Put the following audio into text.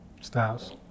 Styles